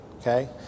Okay